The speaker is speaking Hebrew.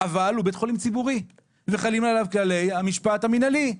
אבל הוא בית חולים ציבורי וחלים עליו כללי המשפט המינהלי.